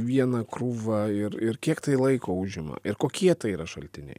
vieną krūvą ir ir kiek tai laiko užima ir kokie tai yra šaltiniai